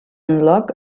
locke